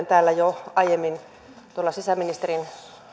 täällä jo aiemmin sisäministeriön